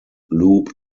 loop